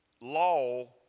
law